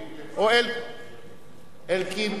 למה אלקין?